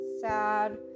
sad